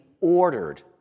ordered